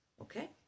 Okay